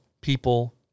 people